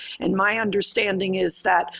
and my understanding is that,